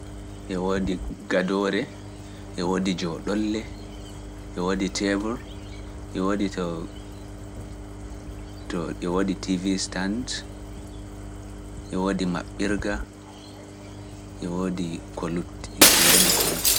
E woodi gadoore, e woodi jooɗolle, e woodi teewol, e woodi to e woodi tibi stand, e woodi maɓɓirga, e woodi kolut.